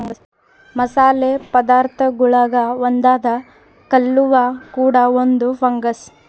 ಮಸಾಲೆ ಪದಾರ್ಥಗುಳಾಗ ಒಂದಾದ ಕಲ್ಲುವ್ವ ಕೂಡ ಒಂದು ಫಂಗಸ್